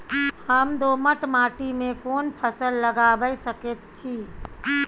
हम दोमट माटी में कोन फसल लगाबै सकेत छी?